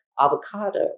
avocado